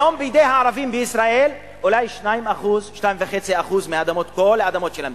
היום בידי הערבים בישראל יש אולי 2% 2.5% מכל האדמות של המדינה,